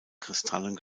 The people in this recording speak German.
kristallen